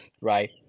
right